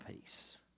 peace